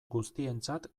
guztientzat